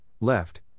left